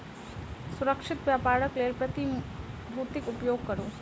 सुरक्षित व्यापारक लेल प्रतिभूतिक उपयोग करू